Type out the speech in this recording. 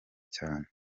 cyane